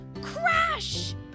Crash